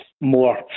more